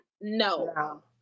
no